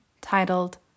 titled